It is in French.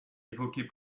évoqués